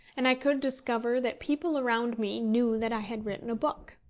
and i could discover that people around me knew that i had written a book.